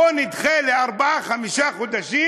בוא נדחה בארבעה-חמישה חודשים,